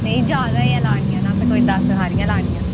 नेईं जैदा गै लानियां न असें कोई दस्स हारियां लानियां न